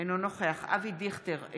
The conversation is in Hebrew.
אינו נוכח אבי דיכטר,